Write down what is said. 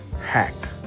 hacked